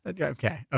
Okay